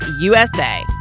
USA